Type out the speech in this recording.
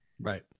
right